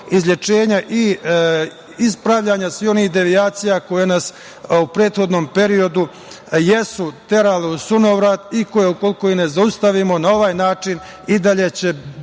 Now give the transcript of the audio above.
izlečenja i ispravljanja svih onih devijacija koje nas u prethodnom periodu jesu terale u sunovrat i koje ukoliko ih ne zaustavimo na ovaj način i dalje će